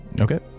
Okay